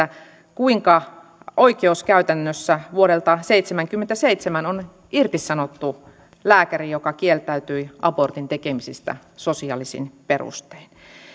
kuinka oikeuskäytännössä vuodelta seitsemänkymmentäseitsemän on irtisanottu lääkäri joka kieltäytyi aborttien tekemisestä sosiaalisin perustein